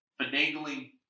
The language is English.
finagling